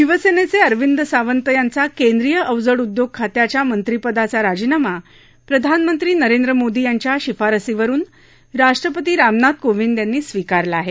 शिवसेनेचे अरविंद सावंत यांचा केंद्रीय अवजड उद्योग खात्याच्या मंत्रिपदाचा राजीनामा प्रधानमंत्री नरेंद्र मोदी यांच्या शिफारशीवरुन राष्ट्रपती रामनाथ कोविंद यांनी स्वीकारला आहे